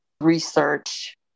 research